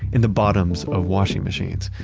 in the bottoms of washing machines.